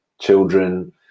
children